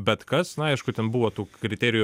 bet kas na aišku ten buvo tų kriterijų